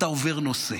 אתה עובר נושא.